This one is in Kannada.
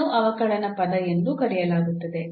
ಇದನ್ನು ಅವಕಲನ ಪದ ಎಂದು ಕರೆಯಲಾಗುತ್ತದೆ